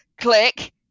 click